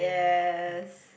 yes